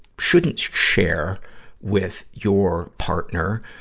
shouldn't share with your partner,